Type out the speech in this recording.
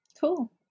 Cool